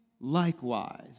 likewise